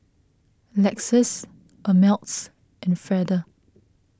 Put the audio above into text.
Lexus Ameltz and Feather